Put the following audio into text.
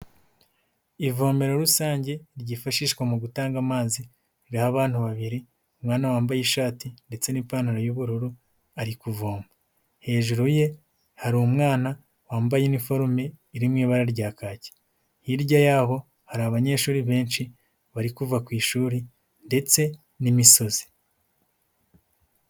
Ivomero rusange ryifashishwa mu gutanga amazi ririho abantu babiri, umwana wambaye ishati ndetse n'ipantaro y'ubururu ari kuvoma, hejuru ye hari umwana wambaye iniforume iri mu ibara rya kaki, hirya yabo hari abanyeshuri benshi bari kuva ku ishuri ndetse n'imisozi.